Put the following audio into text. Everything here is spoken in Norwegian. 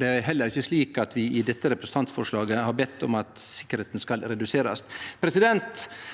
Det er heller ikkje slik at vi i dette representantforslaget har bedt om at sikkerheita skal reduserast.